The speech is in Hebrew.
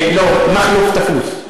לא, מכלוף תפוס.